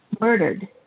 murdered